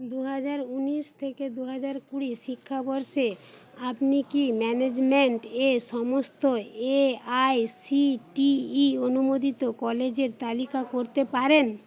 দু হাজার ঊনিশ থেকে দু হাজার কুড়ি শিক্ষাবর্ষে আপনি কি ম্যানেজমেন্ট এ সমস্ত এআইসিটিই অনুমোদিত কলেজের তালিকা করতে পারেন